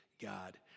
God